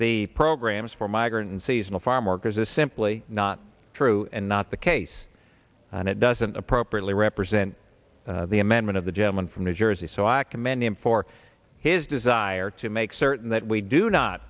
the programs for migrant seasonal farmworkers is simply not true and not the case and it doesn't appropriately represent the amendment of the gentleman from new jersey so i commend him for his desire to make certain that we do not